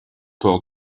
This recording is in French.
ports